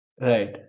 Right